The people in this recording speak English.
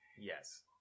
yes